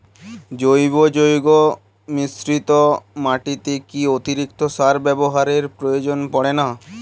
জৈব যৌগ মিশ্রিত মাটিতে কি অতিরিক্ত সার ব্যবহারের প্রয়োজন পড়ে না?